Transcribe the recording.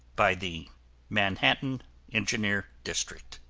by the manhattan engineer district,